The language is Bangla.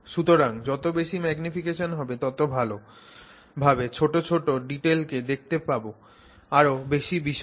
সুতরাং যত বেশি ম্যাগনিফিকেশন হবে তত ভালো ভাবে ছোট ছোট ডিটেলকে দেখতে পাবো আরও বেশি বিশদে